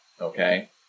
Okay